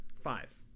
Five